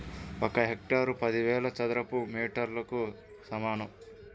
ఒక హెక్టారు పదివేల చదరపు మీటర్లకు సమానం